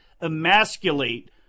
emasculate